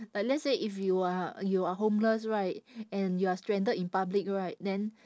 but let's say if you are you are homeless right and you are stranded in public right then